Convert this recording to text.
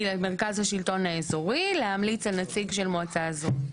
למרכז השלטון האזורי להמליץ על נציג של מועצה אזורית.